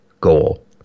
goal